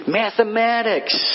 mathematics